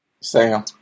Sam